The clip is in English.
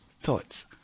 thoughts